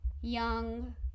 young